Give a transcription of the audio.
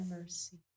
mercy